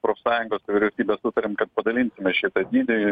profsąjungos vyriausybės nutarėm kad padalintume šitą dydį